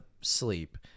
sleep